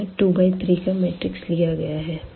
तो यहाँ 2 बाय 3 का मैट्रिक्स लिया गया है